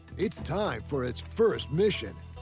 it's time for its first mission.